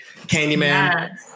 Candyman